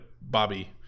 Bobby